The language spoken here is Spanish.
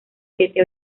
siete